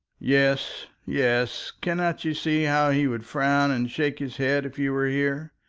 yes, yes. cannot you see how he would frown and shake his head if you were here?